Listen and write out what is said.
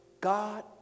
God